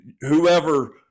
whoever